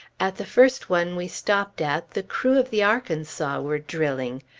at the first one we stopped at, the crew of the arkansas were drilling.